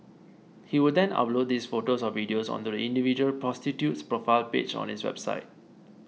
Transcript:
he would then upload these photos or videos onto the individual prostitute's profile page on his website